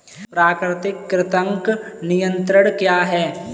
प्राकृतिक कृंतक नियंत्रण क्या है?